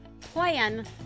plan